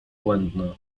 błędna